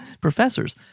professors